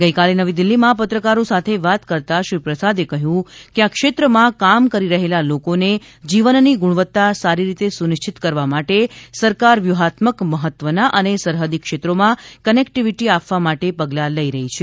ગઈકાલે નવી દિલ્હીમાં પત્રકારો સાથે વાત કરતાં શ્રી પ્રસાદે કહ્યું કે આ ક્ષેત્રમાં કામ કરી રહેલા લોકોને જીવનની ગુણવત્તા સારી રીતે સુનિશ્ચિત કરવા માટે સરકાર વ્યૂહાત્મક મહત્વના અને સરહદી ક્ષેત્રોમાં કનેક્ટિવિટી આપવા માટે પગલાં લઈ રહી છે